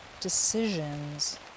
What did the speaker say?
decisions